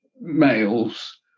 males